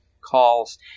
calls